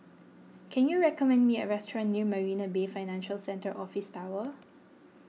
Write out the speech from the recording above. can you recommend me a restaurant near Marina Bay Financial Centre Office Tower